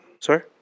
Sorry